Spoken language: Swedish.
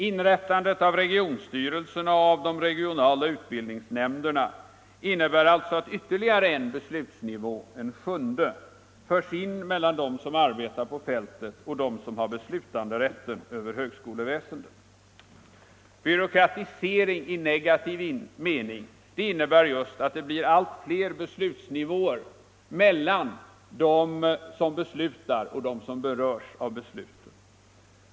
Inrättandet av regionstyrelserna och av de regionala utbildningsnämnderna innebär att ytterligare en beslutsnivå, en sjunde, förs in mellan dem som arbetar på fältet och dem som har beslutanderätten över högskoleväsendet. Byråkratisering i negativ mening innebär just att det blir allt fler beslutsnivåer mellan dem som beslutar och dem som berörs av besluten.